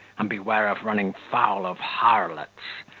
and beware of running foul of harlots,